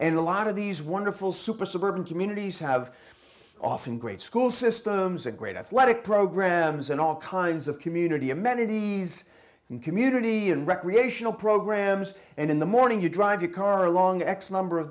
and a lot of these wonderful super suburban communities have often great school systems and great athletic programs and all kinds of community amenities and community and recreational programs and in the morning you drive your car along x number of